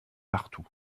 partout